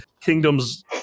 kingdom's